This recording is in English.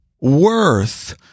Worth